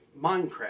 minecraft